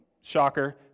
shocker